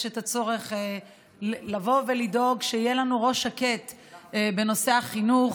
יש צורך לדאוג שיהיה לנו ראש שקט בנושא החינוך.